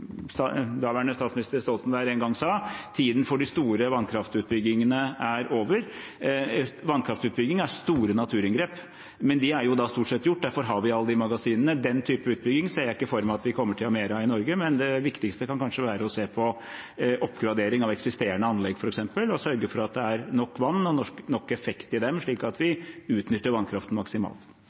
daværende statsminister Stoltenberg en gang sa: Tiden for de store vannkraftutbyggingene er over. Vannkraftutbygging er store naturinngrep, men de er da stort sett gjort, derfor har vi alle magasinene. Den type utbygging ser jeg ikke for meg at vi kommer til å ha mer av i Norge. Det viktigste kan kanskje være å se på f.eks. oppgradering av eksisterende anlegg og sørge for at det er nok vann og nok effekt i dem, slik at vi utnytter vannkraften maksimalt.